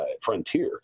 frontier